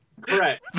Correct